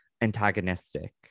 antagonistic